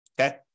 okay